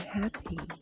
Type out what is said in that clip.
happy